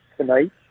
tonight